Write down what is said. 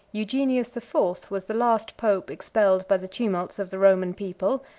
eugenius the fourth was the last pope expelled by the tumults of the roman people,